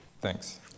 thanks